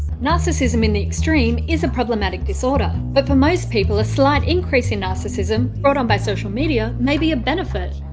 narcissism in the extreme is a problematic disorder, but for most people, a slight increase in narcissism, brought on by social media, may be a benefit.